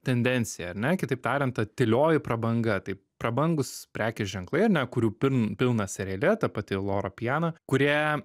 tendencija ar ne kitaip tariant ta tylioji prabanga tai prabangūs prekės ženklai ane kurių pin pilną seriale ta pati loro piana kurie